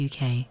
UK